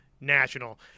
National